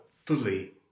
fully